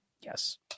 Yes